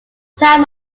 town